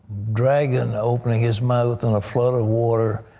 dragon opening his mouth on a flood of water,